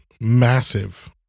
massive